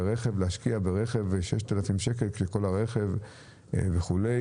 להשקיע ברכב 6,000 שקל, כשכל הרכב וכולי.